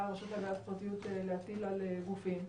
הרשות להגנת הפרטיות להטיל על גופים.